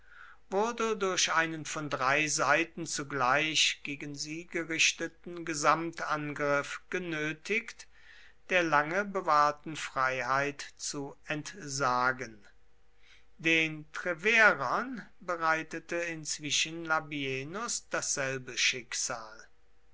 wurden durch einen von drei seiten zugleich gegen sie gerichteten gesamtangriff genötigt der lange bewahrten freiheit zu entsagen den treverern bereitete inzwischen labienus dasselbe schicksal